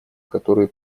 которые